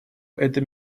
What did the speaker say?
это